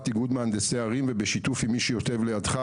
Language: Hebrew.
איגוד מהנדסי ערים ובשיתוף עם מי שיושב לידך,